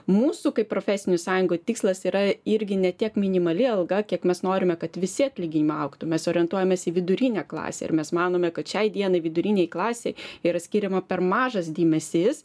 mūsų kaip profesinių sąjungų tikslas yra irgi ne tiek minimali alga kiek mes norime kad visi atlyginimai augtų mes orientuojamės į vidurinę klasę ir mes manome kad šiai dienai vidurinei klasei yra skiriama per mažas dėmesys